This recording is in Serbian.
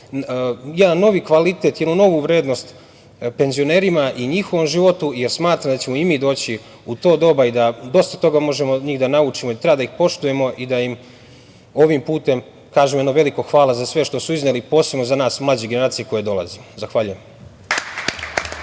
jedan novi kvalitet, jednu novu vrednost penzionerima i njihovom životu, jer smatram da ćemo i mi doći u to doba i da dosta toga možemo od njih da naučimo. Treba da ih poštujemo i da im ovim putem kažemo jedno veliko hvala za sve što su izneli, posebno za nas, mlađe generacije koje dolazimo. Zahvaljujem.